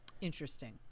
interesting